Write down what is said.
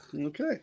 Okay